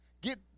Get